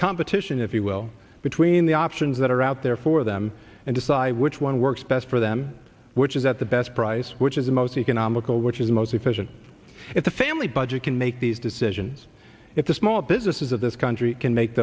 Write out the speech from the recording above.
competition if you will between the options that are out there for them and decide which one works best for them which is at the best price which is the most economical which is the most efficient it's a family budget can make these decisions it's a small business is of this country can make